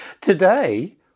today